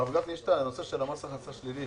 הרב גפני, יש את הנושא של מס הכנסה שלילי.